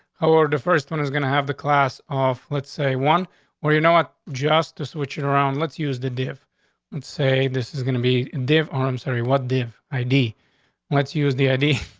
how are the first one is gonna have the class off. let's say one or, you know what? justice switching around. let's use the deaf and say this is gonna be in debt. arms? very what? dave, i d let's use the i d.